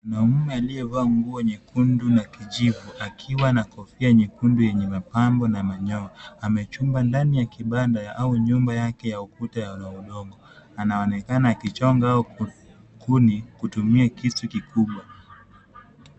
Mwanaume aliyevaa nguo nyekundu na kijivu akiwa na kofia nyekundu yenye mapambo na manyoya, amechumba ndani ya kibanda au nyumba yake ya ukuta wa udongo. Anaonekana akichonga kuni kutumia kisu kikubwa.